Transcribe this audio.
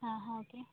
Aaha okay